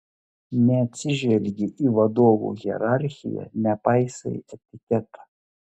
neatsižvelgi į vadovų hierarchiją nepaisai etiketo